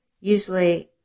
usually